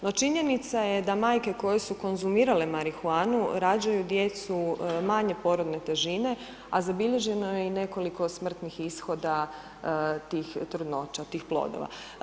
No činjenica je da majke koje su konzumirale marihuanu rađaju djecu manje porodne težine, a zabilježeno je i nekoliko smrtnih ishoda tih trudnoća, tih plodova.